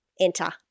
enter